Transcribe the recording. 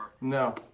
No